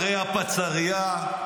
הפצ"רייה,